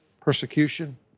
persecution